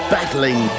Battling